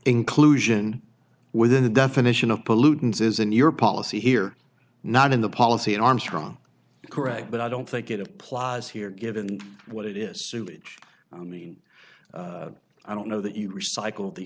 inclusion within the definition of pollutants is in your policy here not in the policy armstrong correct but i don't think it applies here given what it is sewage i mean i don't know that you recycle the